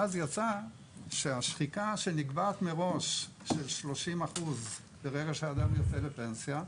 ואז יצא שהשחיקה שנקבעת מראש של ה-30% מרגע שבו האדם יוצא לפנסיה,